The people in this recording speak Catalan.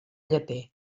lleter